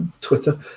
Twitter